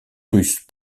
russe